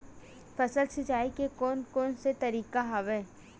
फसल सिंचाई के कोन कोन से तरीका हवय?